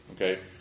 Okay